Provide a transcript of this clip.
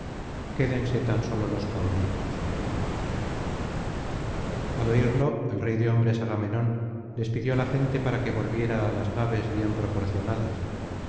quédense tan sólo los caudillos al oirlo el rey de hombres agamenón despidió la gente para que volviera á las naves bien proporcionadas